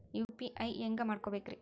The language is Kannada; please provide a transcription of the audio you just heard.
ಯು.ಪಿ.ಐ ಹ್ಯಾಂಗ ಮಾಡ್ಕೊಬೇಕ್ರಿ?